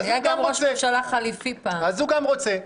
אז הוא גם רוצה.